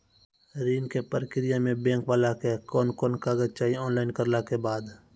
ऋण के प्रक्रिया मे बैंक वाला के कुन कुन कागज चाही, ऑनलाइन करला के बाद?